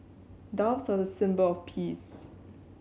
doves are a symbol of peace